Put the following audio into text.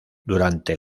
durante